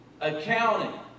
accounting